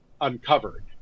uncovered